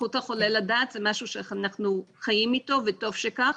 זכות החולה לדעת בין אם אנחנו חיים איתו וטוב שכך,